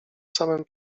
samym